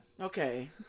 Okay